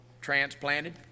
transplanted